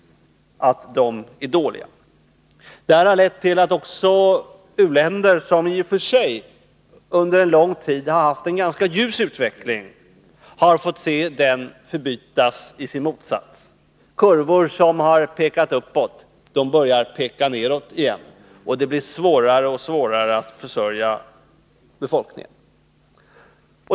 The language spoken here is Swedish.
De här förhållandena har lett till att också u-länder som under en lång tid har haft en ganska ljus utveckling har fått se den förbytas i sin motsats. Kurvor som har pekat uppåt börjar peka nedåt igen, och det blir allt svårare att försörja befolkningen.